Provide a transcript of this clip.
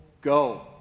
go